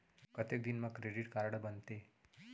कतेक दिन मा क्रेडिट कारड बनते?